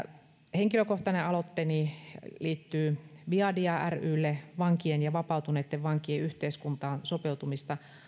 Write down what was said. henkilökohtainen aloitteeni liittyy viadia ryhyn vankien ja vapautuneitten vankien yhteiskuntaan sopeutumista